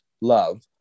love